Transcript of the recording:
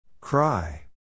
Cry